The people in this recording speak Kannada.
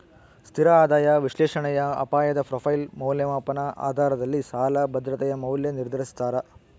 ಸ್ಥಿರ ಆದಾಯ ವಿಶ್ಲೇಷಣೆಯು ಅಪಾಯದ ಪ್ರೊಫೈಲ್ ಮೌಲ್ಯಮಾಪನ ಆಧಾರದಲ್ಲಿ ಸಾಲ ಭದ್ರತೆಯ ಮೌಲ್ಯ ನಿರ್ಧರಿಸ್ತಾರ